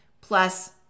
plus